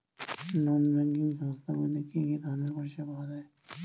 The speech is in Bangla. নন ব্যাঙ্কিং সংস্থা গুলিতে কি কি ধরনের পরিসেবা পাওয়া য়ায়?